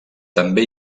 també